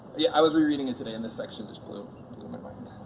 yeah, i was rereading it today and this section just blew my mind.